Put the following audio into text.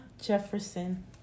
jefferson